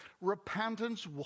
repentance